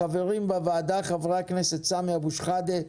החברים בוועדה הם חברי הכנסת: סמי אבו שחאדה,